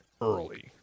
early